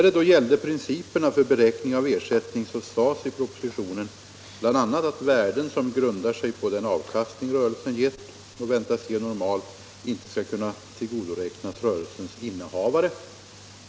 Beträffande principer för beräkning av ersättning sades i propositionen bl.a. att värden som grundar sig på den avkastning rörelsen gett och väntas ge normalt inte skall kunna tillgodoräknas rörelsens innehavare.